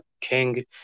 King